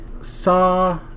saw